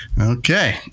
Okay